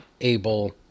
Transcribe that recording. able